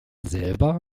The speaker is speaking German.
selber